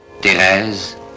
Thérèse